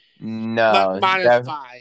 No